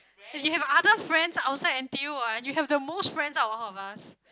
eh you have other friends outside N_T_U ah you have the most friends out of all of us